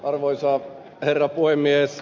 arvoisa herra puhemies